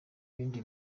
ibindi